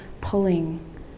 pulling